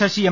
Sasi M